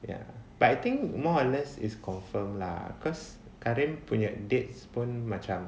ya but I think more or less is confirm lah cause karim punya date pun macam